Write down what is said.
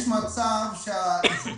יש מצב שהאישור